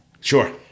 Sure